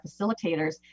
facilitators